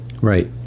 Right